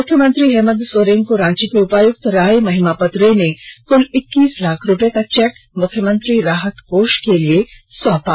मुख्यमंत्री हेमंत सोरेन को रांची के उपायुक्त राय महिमापत रे ने कृल इक्कीस लाख रूपये का चेक मुख्यमंत्री राहत कोष के लिए सौंपा